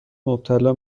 مبتلا